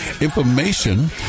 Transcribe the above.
Information